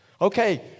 Okay